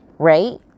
Right